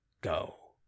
go